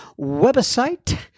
website